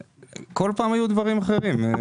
בכל פעם היו דברים אחרים.